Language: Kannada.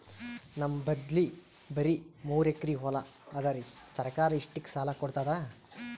ನಮ್ ಬಲ್ಲಿ ಬರಿ ಮೂರೆಕರಿ ಹೊಲಾ ಅದರಿ, ಸರ್ಕಾರ ಇಷ್ಟಕ್ಕ ಸಾಲಾ ಕೊಡತದಾ?